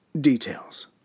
details